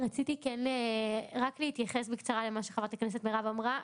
רציתי רק להתייחס בקצרה למה שחברת הכנסת מירב אמרה.